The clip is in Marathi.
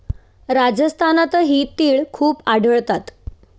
राजस्थानातही तिळ खूप आढळतात